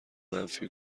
منفی